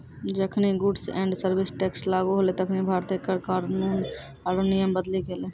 जखनि goods and service tax लागू होलै तखनि भारतीय कर कानून आरु नियम बदली गेलै